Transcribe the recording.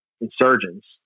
Insurgents